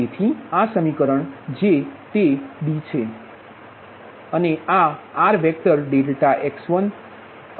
તેથી આ સમીકરણ J તે D છે અને આ R વેક્ટર ∆x1 ∆x2